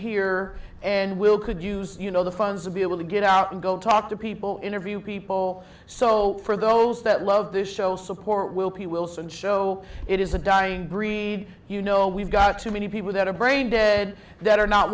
here and we'll could use you know the funds to be able to get out and go talk to people interview people so for those that love this show support will pete wilson show it is a dying breed you know we've got too many people that are brain dead that are not